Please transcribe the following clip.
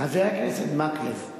חבר הכנסת מקלב,